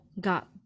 got